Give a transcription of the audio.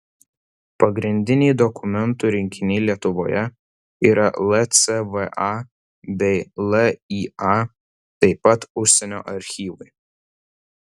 pagrindiniai dokumentų rinkiniai lietuvoje yra lcva bei lya taip pat užsienio archyvai